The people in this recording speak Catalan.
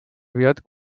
aviat